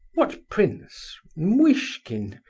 what prince? muishkin?